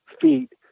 feet